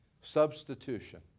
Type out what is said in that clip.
Substitution